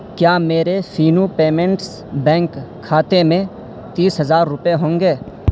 کیا میرے سیمو پیمنٹس بینک کھاتے میں تیس ہزار روپے ہوں گے